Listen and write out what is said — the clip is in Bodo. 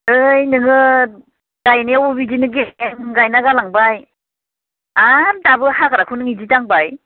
ओइ नोङो गायनायाव बिदिनो गेसें गायना गालांबाय आरो दाबो हाग्राखौ नों बिदि दांबाय